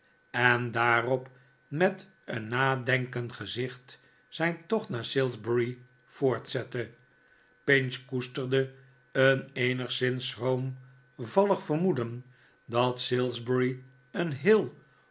en daarop met een nadenkend gezicht zijn tocht naar salisbury voortzette pinch koesterde een eehigszins schroomvallig vermoeden dat salisbury een heel